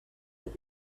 with